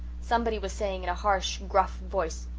somebody was saying in a harsh, gruff voice,